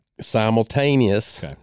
simultaneous